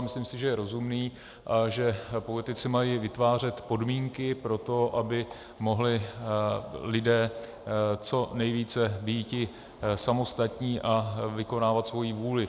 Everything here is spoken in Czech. Myslím si, že je rozumný, že politici mají vytvářet podmínky pro to, aby mohli lidé co nejvíce býti samostatní a vykonávat svoji vůli.